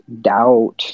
doubt